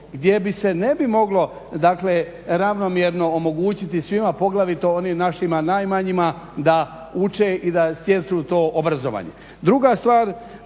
gdje se ne bi moglo dakle ravnomjerno omogućiti svima poglavito onim našima najmanjima da uče i da stječu to obrazovanje. Druga stvar